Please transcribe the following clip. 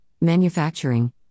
manufacturing